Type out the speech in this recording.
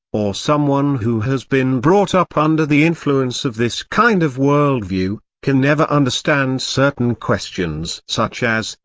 or someone who has been brought up under the influence of this kind of worldview, can never understand certain questions such as,